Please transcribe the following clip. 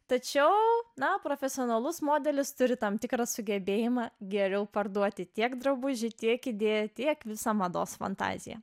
tačiau na profesionalus modelis turi tam tikrą sugebėjimą geriau parduoti tiek drabužį tiek idėją tiek visą mados fantaziją